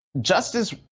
Justice